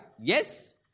Yes